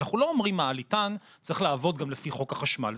אנחנו לא אומרים מעליתן צריך לעבוד גם לפי חוק החשמל,